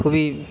খুবই